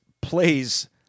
plays